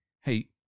hey